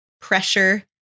pressure